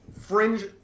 fringe